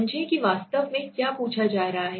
समझें कि वास्तव में क्या पूछा जा रहा है